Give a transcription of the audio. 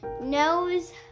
Nose